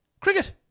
Cricket